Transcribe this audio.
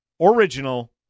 original